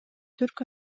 түрк